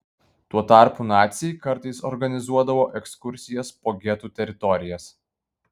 tuo tarpu naciai kartais organizuodavo ekskursijas po getų teritorijas